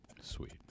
Sweet